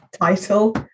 title